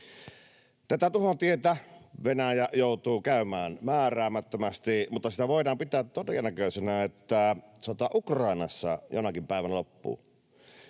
Tätä tuhon tietä Venäjä joutuu käymään määräämättömästi, mutta sitä voidaan pitää todennäköisenä, että sota Ukrainassa jonakin päivänä loppuu.